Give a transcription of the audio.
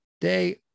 day